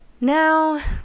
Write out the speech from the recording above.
Now